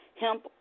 hemp